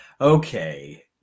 okay